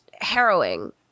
harrowing